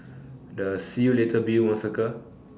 the see you later Bill one circle